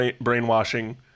brainwashing